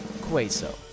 Queso